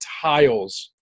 tiles